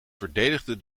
verdedigde